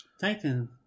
titan